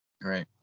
great